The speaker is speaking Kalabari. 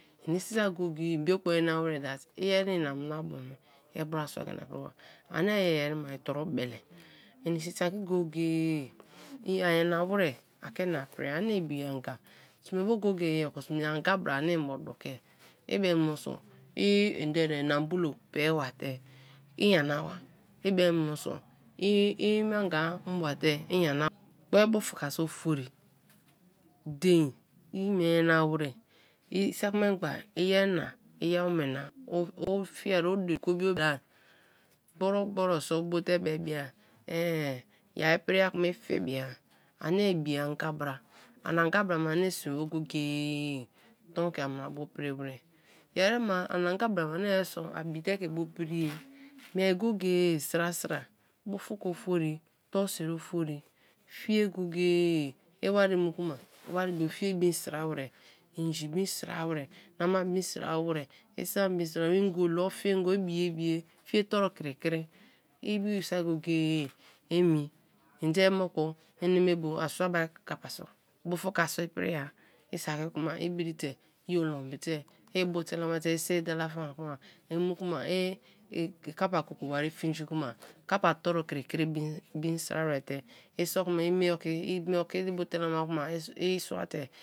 Ini sin saki go-go-e ibiokpo nyana wer that iyeri ina mina bo ba i brasua ina priba, ani iferi ma i toru bele; ini si saki go-go-e a nyana wer a ke ina priai, ani ibi anga, sme bo go-go-e oko sme te ibianga ani mbo dokia, i be moso i nambolo bie ba te i nyana ba, i be moso i ma anga mu ba te i nyana ba, gboi mufka so ofori, dein i mie nyana wer, sak memgba iyena i awome na o fie, gboro gboro so bo te bie bia eehn i phia kma i fie bia, ani ibianga bra ani anga bra me ani sme bo go-go-e ton ke aminabu pri wer, yeriso ani anga bra me aniabi te ke ibu priai, mieai go-go-e sra sra wer, inji bin bin sra wer, ingolo, o tingo i bire bi-e, fie toru kri kri saki go-go-e emi, ende moku eneme bio asuaba kappa so bufka so-pria, i saki kma i bri te, i olembite, i bu telema te, isi dala faan kma, i mu kmai kappa koko wari finji kma kappa toru kri kri bin sra wer te i so kma mie oki i mie oki, ibu telema kma i suate.